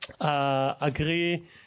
agree